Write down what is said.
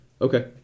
Okay